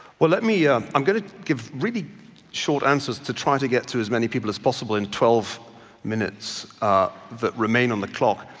well let me yeah i'm going to give really short answers to try to get to as many people as possible in twelve minutes that remain on the clock.